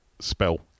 spell